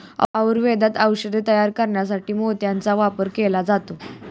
आयुर्वेदात औषधे तयार करण्यासाठी मोत्याचा वापर केला जातो